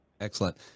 Excellent